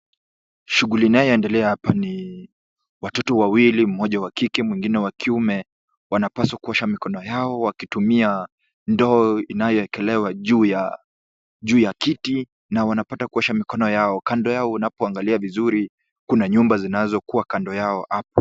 Shughuli inayoendelea hapa ni watoto wawili mmoja wa kike mwingine wa kiume. Wanapaswa kuosha mikono yao, wakitumia ndoo inayoekelewa juu ya kiti na wanapata kuosha mikono yao. Kando yao unapoangalia vizuri, kuna nyumba zinazokuwa kando yao hapo.